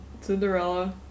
Cinderella